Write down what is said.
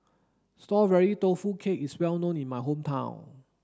strawberry tofu cheesecake is well known in my hometown